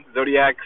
zodiacs